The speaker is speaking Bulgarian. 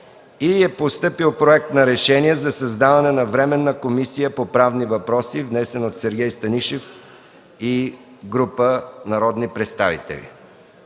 Постъпил е Проект за решение за създаване на Временна комисия по правни въпроси, внесен от Сергей Станишев и група народни представители.